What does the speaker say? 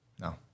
no